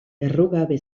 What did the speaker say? errugabe